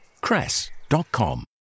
cress.com